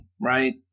right